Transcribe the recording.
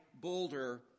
boulder